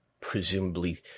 Presumably